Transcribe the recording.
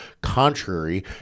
contrary